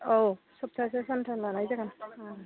औ सप्तासेआव सानथाम लानाय जागोन